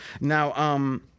Now